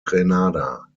grenada